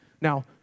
Now